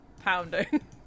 pounding